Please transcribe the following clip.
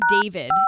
David